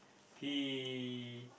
he